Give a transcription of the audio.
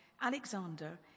Alexander